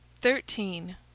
Thirteen